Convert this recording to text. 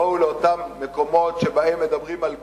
בואו לאותם מקומות שבהם מדברים על גישור,